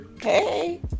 hey